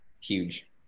huge